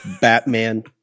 Batman